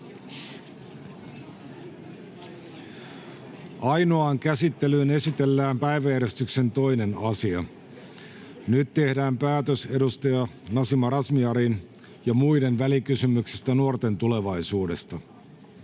Ainoaan käsittelyyn esitellään päiväjärjestyksen 2. asia. Nyt tehdään päätös edustaja Nasima Razmyarin ja muiden välikysymyksestä VK 2/2023 vp nuorten tulevaisuudesta.